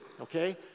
okay